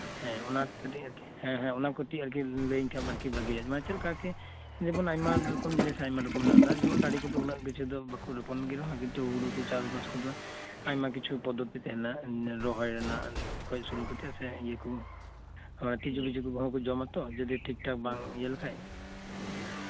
ᱦᱮᱸ ᱚᱱᱟ ᱠᱟᱴᱤᱡ ᱟᱨᱠᱤ ᱦᱮᱸ ᱦᱮᱸ ᱚᱱᱟ ᱠᱟᱴᱤᱡ ᱟᱨᱠᱤ ᱞᱟᱹᱭᱟᱹᱧ ᱠᱷᱟᱡ ᱮᱢ ᱟᱨᱠᱤ ᱵᱷᱟᱜᱤᱭᱟ ᱢᱟᱱᱮ ᱪᱮᱫ ᱞᱮᱠᱟ ᱟᱨᱠᱤ ᱡᱮᱢᱚᱱ ᱟᱭᱢᱟ ᱨᱚᱠᱚᱢ ᱡᱤᱱᱤᱥ ᱟᱭᱢᱟ ᱨᱚᱠᱚᱢ ᱢᱮᱱᱟᱜ ᱟᱠᱟᱫᱟ ᱡᱮᱢᱚᱱ ᱰᱟᱰᱤ ᱜᱷᱩᱴᱩ ᱩᱱᱟᱹᱜ ᱠᱤᱪᱷᱩ ᱫᱚ ᱵᱟᱠᱷᱳᱞ ᱦᱚᱯᱚᱱ ᱜᱮ ᱨᱮᱦᱚᱸ ᱠᱤᱱᱛᱩ ᱦᱳᱲᱳ ᱠᱚ ᱪᱟᱥᱵᱟᱥ ᱠᱚᱫᱚ ᱟᱭᱢᱟ ᱠᱤᱪᱷᱩ ᱯᱚᱫᱽᱫᱷᱚᱛᱤ ᱦᱮᱱᱟᱜᱼᱟ ᱨᱚᱦᱚᱭ ᱨᱮᱱᱟᱜ ᱠᱷᱚᱱ ᱥᱩᱨᱩ ᱠᱟᱛᱮᱫ ᱥᱮ ᱤᱭᱟᱹ ᱠᱚ ᱟᱨ ᱠᱤᱪᱷᱩ ᱠᱤᱪᱷᱩ ᱜᱚᱜᱚ ᱦᱚᱲ ᱠᱚ ᱡᱚᱢᱟ ᱛᱚ ᱡᱩᱫᱤ ᱴᱷᱤᱠ ᱴᱷᱟᱠ ᱵᱟᱝ ᱤᱭᱟᱹ ᱞᱮᱠᱷᱟᱱ